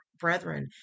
brethren